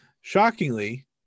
shockingly